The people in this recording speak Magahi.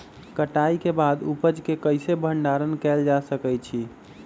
कटाई के बाद उपज के कईसे भंडारण कएल जा सकई छी?